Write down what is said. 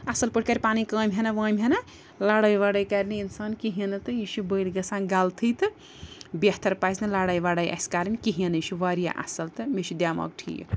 اَصٕل پٲٹھۍ کَرِ پَنٕنۍ کامہِ ہٕنا وامہِ ہٕنا لَڑٲے وَڑٲے کَرِنہٕ اِنسان کِہیٖنۍ نہٕ تہٕ یہِ چھُ بٔلۍ گَژھان غلطٕے تہٕ بہتر پَزِ نہٕ لَڑٲے وَڑٲے اَسہِ کَرٕنۍ کِہیٖنۍ نہٕ یہِ چھُ واریاہ اَصٕل تہٕ مےٚ چھُ دٮ۪ماغ ٹھیٖک